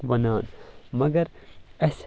ونان مگر اسہِ